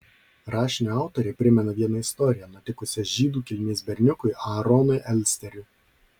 rašinio autorė primena vieną istoriją nutikusią žydų kilmės berniukui aaronui elsteriui